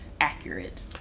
accurate